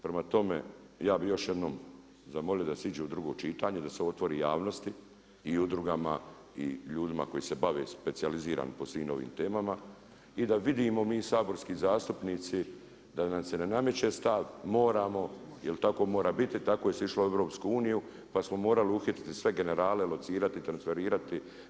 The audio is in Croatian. Prema tome, ja bih još jednom zamolio da se ide u drugo čitanje i da se otvori javnosti i udrugama i ljudima koji se bave specijalizirano po svim ovim temama i da vidimo mi saborski zastupnici da nam se ne nameće stav moramo, jer tako mora biti, tako se je išlo u EU, pa smo morali uhititi sve generale, locirati i transferirati.